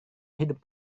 hidup